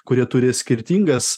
kurie turi skirtingas